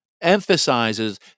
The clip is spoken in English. emphasizes